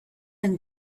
and